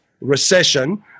recession